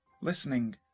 listening